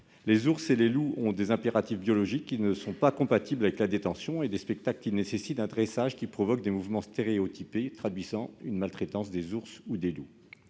Les ours et les loups ont des impératifs biologiques qui ne sont pas compatibles avec la détention et avec des spectacles nécessitant un dressage. Celui-ci provoque des mouvements stéréotypés, qui traduisent une maltraitance de ces animaux.